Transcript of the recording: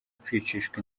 kwicishwa